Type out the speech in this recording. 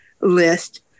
list